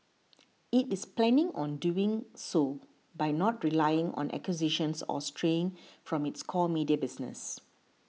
it is planning on doing so by not relying on acquisitions or straying from its core media business